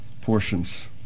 portions